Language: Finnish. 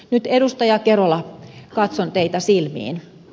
nyt edustaja kerola katson teitä silmiin